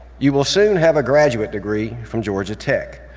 you will soon have a graduate degree from georgia tech.